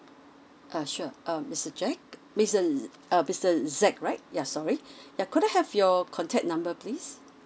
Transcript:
uh sure um mister jack mist~ uh mister zack right ya sorry ya could I have your contact number please